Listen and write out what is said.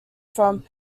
from